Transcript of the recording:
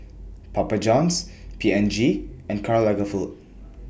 Papa Johns P and G and Karl Lagerfeld